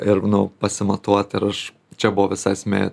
ir nu pasimatuot ir aš čia buvo visa esmė